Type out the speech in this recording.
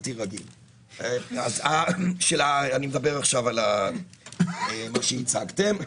הציגו, אני מדבר עכשיו על מה שהצגתם,